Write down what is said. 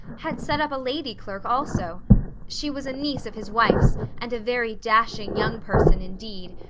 had set up a lady clerk also she was a niece of his wife's and a very dashing young person indeed,